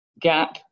gap